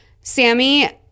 Sammy